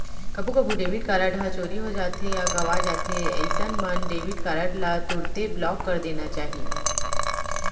कभू कभू debit card ह चोरी हो जाथे या गवॉं जाथे अइसन मन डेबिट कारड ल तुरते ब्लॉक करा देना चाही